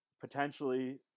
potentially